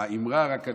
אני